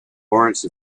lawrence